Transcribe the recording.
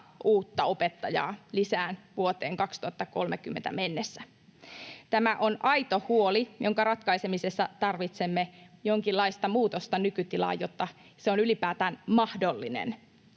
uutta opettajaa lisää vuoteen 2030 mennessä. Tämä on aito huoli, jonka ratkaisemisessa tarvitsemme jonkinlaista muutosta nykytilaan, jotta se on ylipäätään mahdollinen.